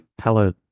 hello